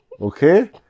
okay